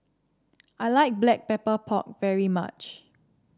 I like Black Pepper Pork very much